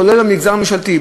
כולל המגזר הממשלתי.